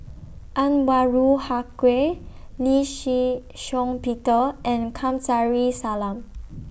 Anwarul Haque Lee Shih Shiong Peter and Kamsari Salam